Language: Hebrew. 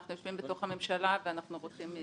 אנחנו יושבים בתוך הממשלה ואנחנו בודקים.